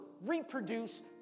reproduce